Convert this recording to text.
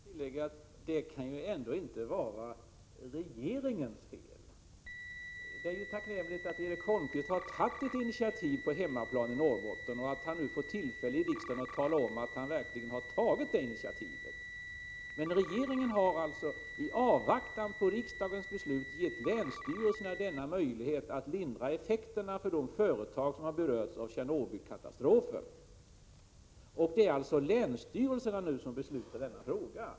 Herr talman! Jag måste få tillägga att det inträffade ju ändå inte kan vara regeringens fel. Det är tacknämligt att Erik Holmkvist har tagit initiativ på hemmaplan. Nu får han tillfälle att här i riksdagen tala om att han verkligen har gjort det. Regeringen har alltså i avvaktan på riksdagens beslut gett länsstyrelserna möjlighet att lindra effekterna för de företag som berörs av Tjernobylkatastrofen. Det är således länsstyrelserna som nu beslutar i frågan.